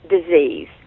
disease